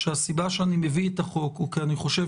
שהסיבה שאני מביא את החוק היא כי אני חושב